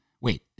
wait